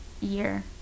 year